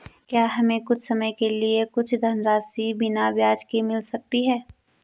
क्या हमें कुछ समय के लिए कुछ धनराशि बिना ब्याज के मिल सकती है?